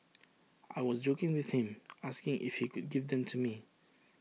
I was joking with him asking if he could give them to me